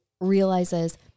realizes